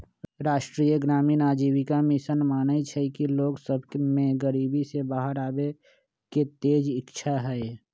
राष्ट्रीय ग्रामीण आजीविका मिशन मानइ छइ कि लोग सभ में गरीबी से बाहर आबेके तेज इच्छा हइ